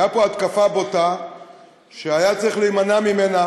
הייתה פה התקפה בוטה שהיה צריך להימנע ממנה.